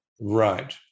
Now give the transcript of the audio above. Right